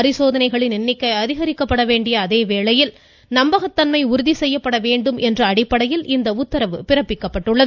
பரிசோதனைகளின் எண்ணிக்கை அதிகரிக்கப்பட வேண்டிய அதே வேளையில் நம்பகத்தன்மை உறுதி செய்யப்பட வேண்டும் என்ற அடிப்படையில் இந்த உத்தரவு பிறப்பிக்கப்பட்டுள்ளது